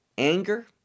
anger